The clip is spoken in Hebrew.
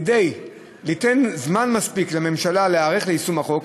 כדי ליתן זמן מספיק לממשלה להיערך ליישום החוק,